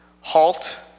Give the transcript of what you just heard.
halt